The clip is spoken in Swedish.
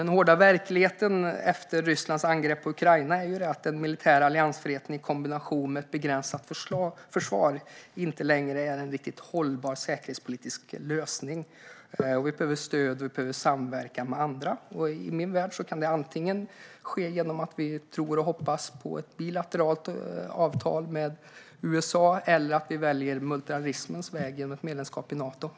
Den hårda verkligheten efter Rysslands angrepp på Ukraina är att den militära alliansfriheten i kombination med ett begränsat försvar inte längre är en riktigt hållbar säkerhetspolitisk lösning. Vi behöver stöd, och vi behöver samverka med andra. I min värld kan detta ske antingen genom att vi tror och hoppas på ett bilateralt avtal med USA eller att vi väljer multilateralismens väg genom ett medlemskap i Nato.